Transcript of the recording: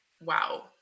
wow